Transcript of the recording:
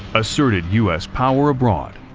asserted us power abroad,